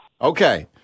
Okay